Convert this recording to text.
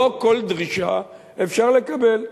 לא כל דרישה אפשר לקבל,